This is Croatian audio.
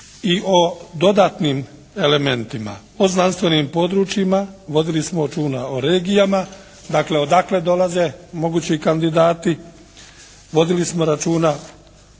i o dodatnim elementima, o znanstvenim područjima, vodili smo računa o regijama, dakle odakle dolaze mogući kandidati. Vodili smo računa